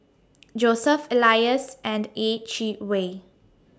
Joseph Elias and Yeh Chi Wei